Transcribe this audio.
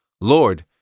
Lord